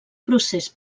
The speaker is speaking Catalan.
procés